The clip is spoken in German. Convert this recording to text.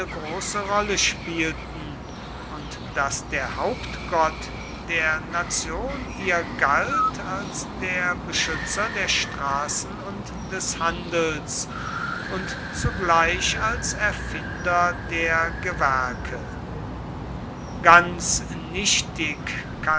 große rolle spielten und daß der hauptgott der nation ihr galt als der beschützer der straßen und des handels und zugleich als erfinder der gewerke ganz nichtig